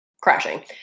crashing